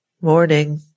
Morning